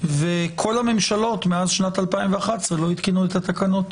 וכל הממשלות מאז שנת 2011 לא עדכנו את התקנות.